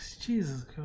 Jesus